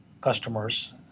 customers